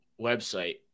website